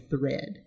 thread